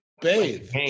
bathe